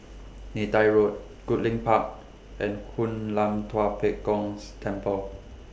Neythai Road Goodlink Park and Hoon Lam Tua Pek Kong's Temple